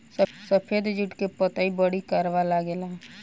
सफेद जुट के पतई बड़ी करवा लागेला